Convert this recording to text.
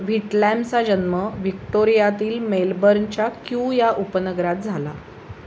व्हिटलॅमचा जन्म विक्टोरियातील मेलबर्नच्या क्यू या उपनगरात झाला